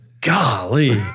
Golly